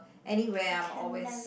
anyway I'm always